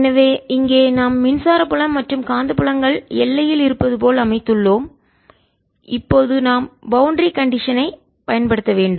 எனவே இங்கே நாம் மின்சார புலம் மற்றும் காந்தப்புலங்கள் எல்லையில் இருப்பது போல் அமைத்துள்ளோம் இப்போது நாம் பவுண்டரி கண்டிஷன் ஐ எல்லை நிபந்தனைகளை பயன்படுத்த வேண்டும்